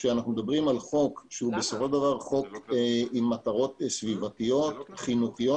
אנחנו מדברים על חוק שהוא בסופו של דבר עם מטרות סביבתיות חינוכיות.